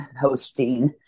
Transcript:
hosting